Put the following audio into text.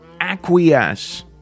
acquiesce